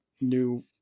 new